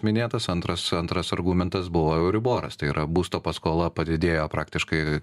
minėtas antras antras argumentas buvo euriboras tai yra būsto paskola padidėjo praktiškai